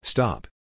Stop